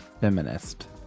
feminist